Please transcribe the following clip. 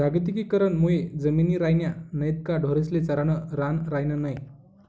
जागतिकीकरण मुये जमिनी रायन्या नैत का ढोरेस्ले चरानं रान रायनं नै